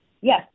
Yes